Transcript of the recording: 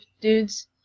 dudes